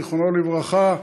זיכרונו לברכה,